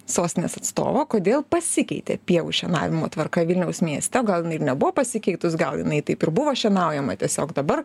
sostinės atstovo kodėl pasikeitė pievų šienavimo tvarka vilniaus mieste o gal jinai ir nebuvo pasikeitus gal jinai taip ir buvo šienaujama tiesiog dabar